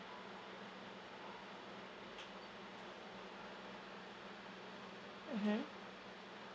mmhmm